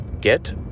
get